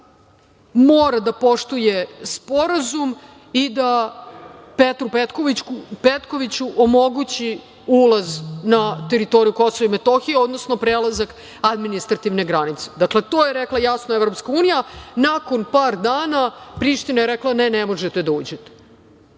mora da poštuje Sporazum i da Petru Pektoviću omogući ulaz na teritoriju KiM, odnosno prelazak administrativne granice. Dakle, to je rekla jasno EU. Nakon par dana Priština je rekla – ne, ne možete da uđete.